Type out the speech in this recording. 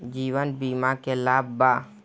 जीवन बीमा के का लाभ बा?